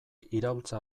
iraultza